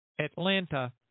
Atlanta